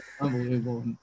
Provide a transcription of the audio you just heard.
unbelievable